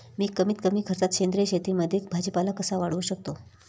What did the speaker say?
मी कमीत कमी खर्चात सेंद्रिय शेतीमध्ये भाजीपाला कसा वाढवू शकतो?